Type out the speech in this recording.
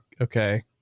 okay